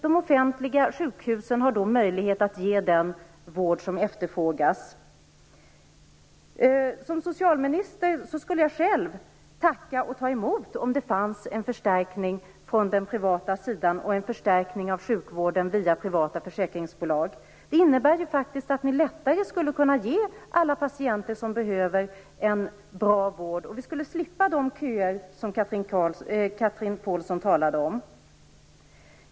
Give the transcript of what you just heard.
De offentliga sjukhusen har då möjlighet att ge den vård som efterfrågas. Som socialminister skulle jag själv tacka och ta emot om det fanns en förstärkning från den privata sidan och en förstärkning av sjukvården via privata försäkringsbolag. Det innebär ju faktiskt att ni lättare skulle kunna ge alla patienter som behöver en bra vård. Vi skulle slippa de köer som Chatrine Pålsson talade om.